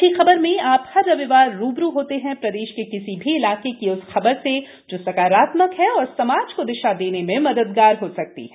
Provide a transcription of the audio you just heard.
अच्छी खबर में आप हर रविवार रूबरू होते हैं प्रदेश के किसी भी इलाके की उस खबर से जो सकारात्मक है और समाज को दिशा देने में मददगार हो सकती है